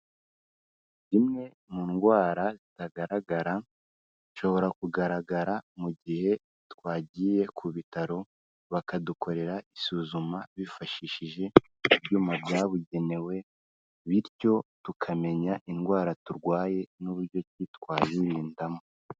Imwe mu ndwara zitagaragara zishobora kugaragara mu gihe twagiye ku bitaro, bakadukorera isuzuma bifashishije ibyuma byabugenewe, bityo tukamenya indwara turwaye n'uburyo twazirindamo.